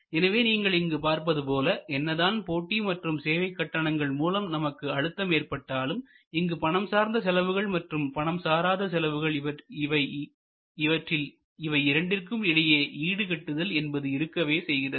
எனவே நீங்கள் இங்கு பார்ப்பது போல என்னதான் போட்டி மற்றும் சேவை கட்டணங்கள் மூலம் நமக்கு அழுத்தம் ஏற்பட்டாலும் இங்கு பணம் சார்ந்த செலவுகள் மற்றும் பணம் சாராத செலவுகள் இவற்றில் இவை இரண்டிற்கும் இடையே ஈடு கட்டுதல் என்பது இருக்கவே செய்கிறது